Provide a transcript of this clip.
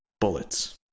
bullets